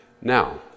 Now